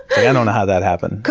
and know how that happened.